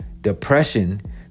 depression